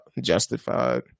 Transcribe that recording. justified